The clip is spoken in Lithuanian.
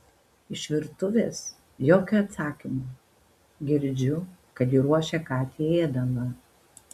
iš virtuvės jokio atsakymo girdžiu kad ji ruošia katei ėdalą